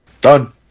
Done